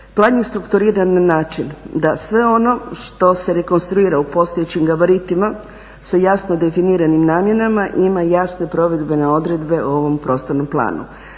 Plan je strukturiran na način da sve ono što se rekonstruira u postojećim gabaritima sa jasno definiranim namjenama i ima jasne provedbe na odredbe o ovom prostornom planu.